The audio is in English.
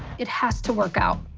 it has to work out.